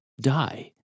die